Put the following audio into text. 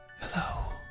Hello